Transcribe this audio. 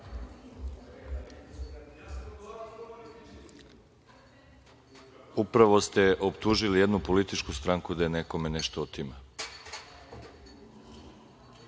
upravo ste optužili jednu političku stranku da nekome nešto otima.